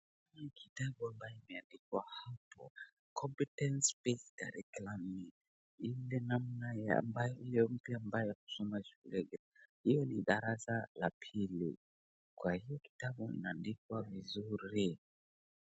Hii kitabu ambayo imeandikwa hapo competence based curriculum ni ile namna mpya ambayo ya kusoma shuleni. Hiyo ni darasa la pili kwa hiyo kitabu imeandikwa vizuri.